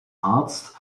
arzt